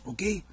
Okay